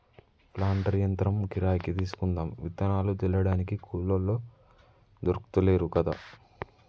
planter యంత్రం కిరాయికి తీసుకుందాం విత్తనాలు జల్లడానికి కూలోళ్లు దొర్కుతలేరు కదా